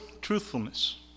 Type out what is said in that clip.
truthfulness